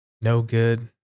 no-good